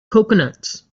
coconuts